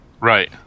right